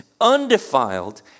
undefiled